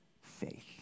faith